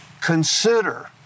Consider